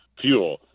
fuel